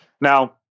Now